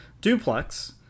duplex